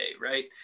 right